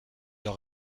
leur